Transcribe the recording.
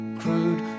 crude